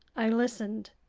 i listened,